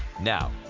Now